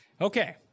Okay